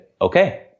Okay